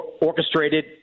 orchestrated